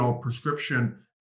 prescription